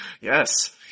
Yes